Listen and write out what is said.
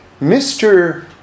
Mr